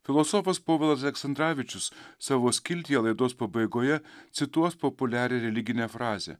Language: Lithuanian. filosofas povilas aleksandravičius savo skiltyje laidos pabaigoje cituos populiarią religinę frazę